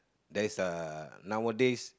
there is a nowadays